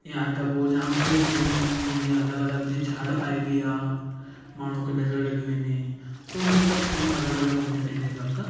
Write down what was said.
या त पोइ जाम सारी शयूं हूंदियूं आहिनि जीअं अलॻि अलॻि जीअं झाड़ पाइबी आहे माण्हूअ खे नज़र लॻी वञे त उहे सभु शयूं अलॻि अलॻि हूंदियूं इन हिन हिसाब सां